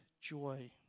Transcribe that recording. joy